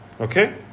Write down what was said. okay